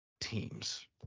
teams